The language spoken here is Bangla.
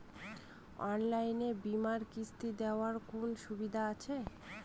অনলাইনে বীমার কিস্তি দেওয়ার কোন সুবিধে আছে?